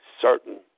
certain